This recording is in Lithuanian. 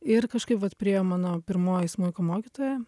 ir kažkaip vat priėjo mano pirmoji smuiko mokytoja